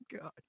god